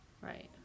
right